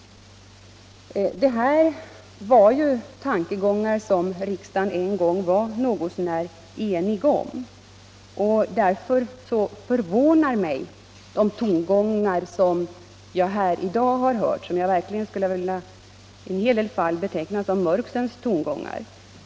Det här är tankegångar som riksdagen en gång var något så när enig om. Därför förvånar mig de tongångar som jag hört här i dag och som jag verkligen skulle vilja — i flera fall — beteckna som mörksens tongångar.